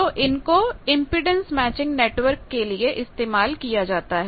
तो उनको impedance matching network के लिए इस्तेमाल किया जाता है